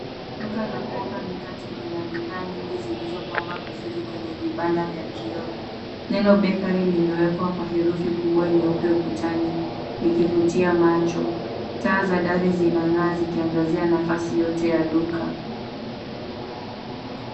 Duka la kuoka mikate lina bidhaa nyingi zilizopangwa vizuri kwenye vibanda vya kioo. Neno cs[bakery]cs limewekwa kwa herufi kubwa nyeupe ukutani, likivutia macho. Taa za dari zinang'aa zikiangazia nafasi yote ya duka.